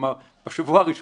דיברנו על